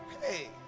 Hey